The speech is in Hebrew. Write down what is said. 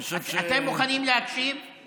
אתם מוכנים להקשיב?